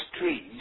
trees